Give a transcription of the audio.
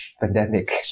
pandemic